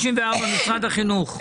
294, משרד החינוך.